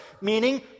meaning